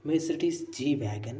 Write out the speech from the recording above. Mercedes G wagon